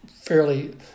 fairly